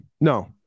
No